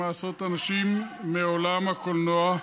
הצעת חוק הקולנוע.